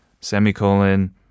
semicolon